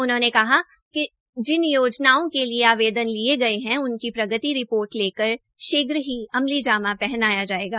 उन्होंने कहा कि जिन योजनाओं के लिये आवेदन लिये गये है उनकी प्रगति रिपोर्ट लेकर शीघ्र ही अमलीजामा पहनाया जाएगा